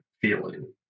feeling